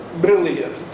brilliant